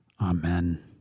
Amen